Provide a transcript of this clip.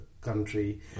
country